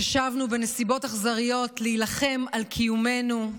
ששבנו בנסיבות אכזריות להילחם על קיומנו,